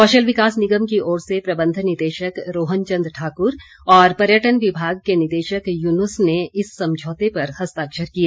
कौशल विकास निगम की ओर से प्रबंध निदेशक रोहन चंद ठाकुर और पर्यटन विभाग के निदेशक युनूस ने इस समझौते पर हस्ताक्षर किए